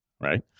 right